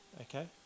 Okay